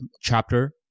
chapter